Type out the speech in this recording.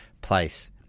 place